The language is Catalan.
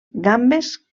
gambes